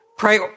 Pray